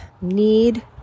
need